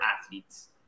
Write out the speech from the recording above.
athletes